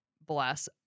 Bless